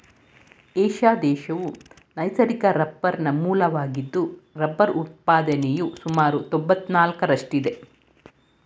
Asia ದೇಶವು ನೈಸರ್ಗಿಕ ರಬ್ಬರ್ನ ಮೂಲವಾಗಿದ್ದು ರಬ್ಬರ್ ಉತ್ಪಾದನೆಯು ಸುಮಾರು ತೊಂಬತ್ನಾಲ್ಕರಷ್ಟಿದೆ